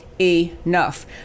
enough